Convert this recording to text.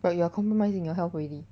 but you are compromising your health already